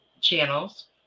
channels